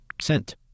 Sent